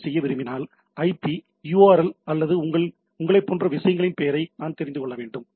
B செய்ய விரும்பினால் IP அல்லது யுஆர்எல் அல்லது உங்களைப் போன்ற விஷயங்களின் பெயரை நான் தெரிந்து கொள்ள வேண்டும்